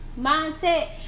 mindset